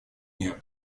мер